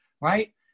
right